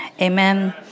Amen